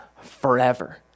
forever